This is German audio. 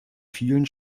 vielen